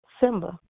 Simba